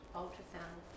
ultrasound